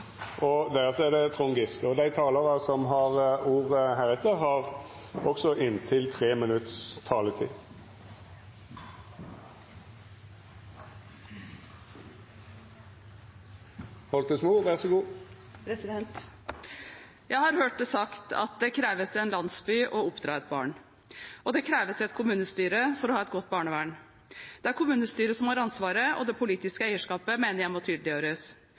det kreves en landsby for å oppdra et barn. Det kreves et kommunestyre for å ha et godt barnevern. Det er kommunestyret som har ansvaret, og det politiske eierskapet mener jeg må tydeliggjøres. Barnevernet møter de mest sårbare barna og familiene vi har i samfunnet. Det er så viktig at omsorg og tjenester i barnevernet er organisert slik at barn og